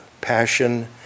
passion